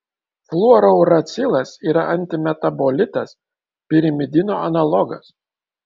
fluorouracilas yra antimetabolitas pirimidino analogas